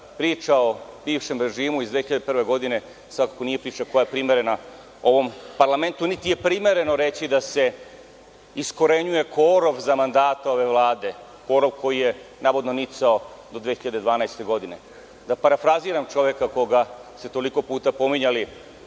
priča o bivšem režimu iz 2001. godine nije priča koja je primerena u ovom parlamentu, niti je primereno reći da se iskorenjuje korov za mandata ove Vlade, korov koji je navodno nicao do 2012. godine. Da parafraziram čoveka koga ste toliko puta pominjali,